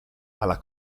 alla